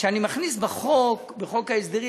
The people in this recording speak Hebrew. כשאני מכניס בחוק ההסדרים,